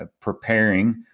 preparing